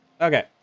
Okay